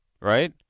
right